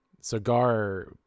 cigar